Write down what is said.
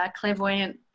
clairvoyant